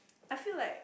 I feel like